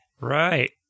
Right